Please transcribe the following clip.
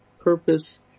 purpose